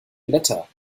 blätter